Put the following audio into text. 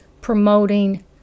promoting